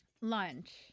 lunch